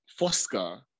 Fosca